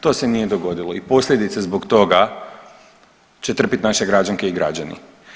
To se nije dogodilo i posljedice zbog toga će trpiti naše građanke i građani.